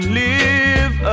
live